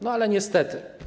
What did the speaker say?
No, ale niestety.